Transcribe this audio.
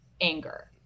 anger